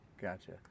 Gotcha